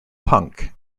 punk